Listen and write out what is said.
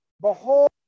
Behold